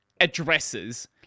addresses